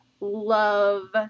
love –